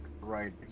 right